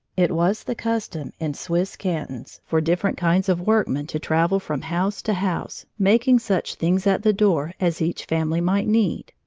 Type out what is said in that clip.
it was the custom in swiss cantons for different kinds of workmen to travel from house to house, making such things at the door as each family might need.